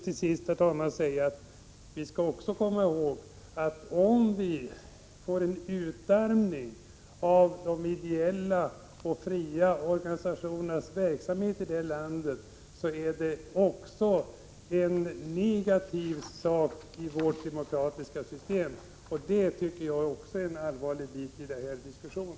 Till sist, herr talman, skall vi också komma ihåg att om vi får en utarmning av de ideella och fria organisationernas verksamhet i landet är det också en negativ sak i vårt demokratiska system. Det tycker jag är en allvarlig del i denna diskussion.